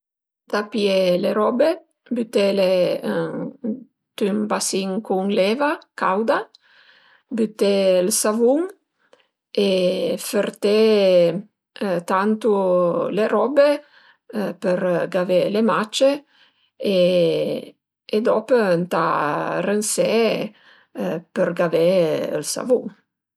Ënt a pìé le robe, bütele ënt ün basin cun l'eva cauda, büté ël savun e fërté tantu le robe për gavé le mace e dop ëntà rënsé për gavé ël savun